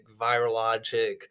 virologic